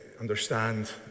understand